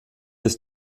ist